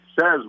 says